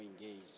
engaged